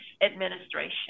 administration